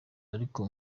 ariko